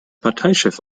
parteichef